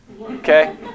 Okay